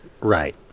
Right